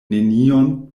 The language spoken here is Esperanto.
nenion